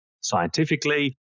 scientifically